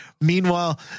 Meanwhile